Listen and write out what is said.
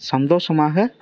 சந்தோஷமாக